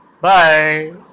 Bye